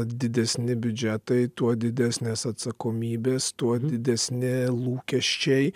didesni biudžetai tuo didesnės atsakomybės tuo didesni lūkesčiai